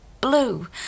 blue